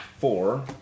four